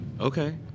okay